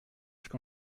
quand